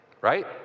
right